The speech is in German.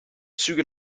züge